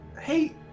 Hey